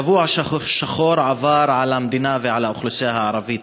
שבוע שחור עבר על המדינה ועל האוכלוסייה הערבית.